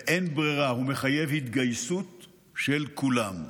ואין ברירה, הוא מחייב התגייסות של כולם.